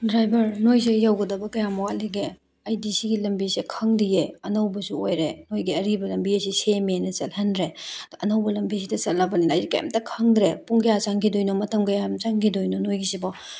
driver ꯅꯣꯏꯁꯦ ꯌꯧꯒꯗꯕ ꯀꯌꯥꯝ ꯋꯥꯠꯂꯤꯒꯦ ꯑꯩꯗꯤ ꯁꯤꯒꯤ ꯂꯝꯕꯤꯁꯦ ꯈꯪꯗꯦꯑꯦ ꯑꯅꯧꯕꯁꯨ ꯑꯣꯏꯔꯦ ꯅꯣꯏꯒꯤ ꯑꯔꯤꯕ ꯂꯝꯕꯤ ꯑꯁꯤ ꯁꯦꯝꯃꯤꯑꯅ ꯆꯠꯍꯟꯗ꯭ꯔꯦ ꯑꯗꯣ ꯑꯅꯧꯕ ꯂꯝꯕꯤꯁꯤꯗ ꯆꯠꯂꯕꯅꯤꯅ ꯑꯩꯁꯦ ꯀꯔꯤꯝꯇ ꯈꯪꯗ꯭ꯔꯦ ꯄꯨꯡ ꯀꯌꯥꯝ ꯆꯪꯈꯤꯗꯣꯏꯅꯣ ꯃꯇꯝ ꯀꯌꯥꯝ ꯆꯪꯈꯤꯗꯣꯏꯅꯣ ꯅꯣꯏꯒꯤꯁꯤꯕꯣ